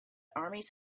armies